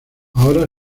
ahora